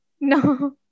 No